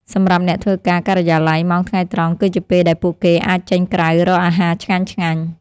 សម្រាប់អ្នកធ្វើការការិយាល័យ ម៉ោងថ្ងៃត្រង់គឺជាពេលដែលពួកគេអាចចេញក្រៅរកអាហារឆ្ងាញ់ៗ។